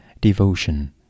devotion